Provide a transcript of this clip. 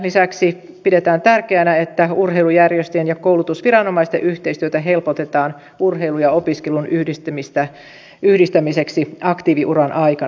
lisäksi pidetään tärkeänä että urheilujärjestöjen ja koulutusviranomaisten yhteistyötä helpotetaan urheilun ja opiskelun yhdistämiseksi aktiiviuran aikana